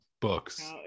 books